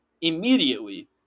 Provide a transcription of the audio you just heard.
Immediately